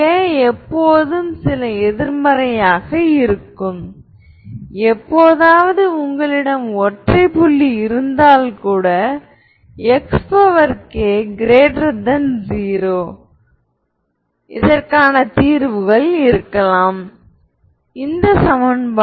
vi இங்கே λ ஒரு மாறிலி எனவே நாம் அதை டாட் ப்ரோடக்ட் எடுக்கலாம் மேலே உள்ள சமன்பாடு Av v λv vi1nvi